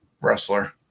wrestler